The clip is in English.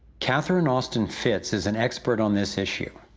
catherine austin fitts is an expert on this issue.